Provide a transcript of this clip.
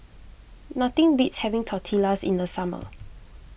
nothing beats having Tortillas in the summer